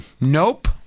Nope